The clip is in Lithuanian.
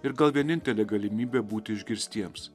ir gal vienintelė galimybė būti išgirstiems